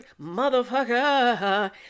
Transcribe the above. motherfucker